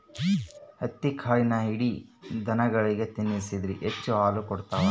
ಹತ್ತಿಕಾಳಿನ ಹಿಂಡಿ ದನಗಳಿಗೆ ತಿನ್ನಿಸಿದ್ರ ಹೆಚ್ಚು ಹಾಲು ಕೊಡ್ತಾವ